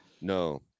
No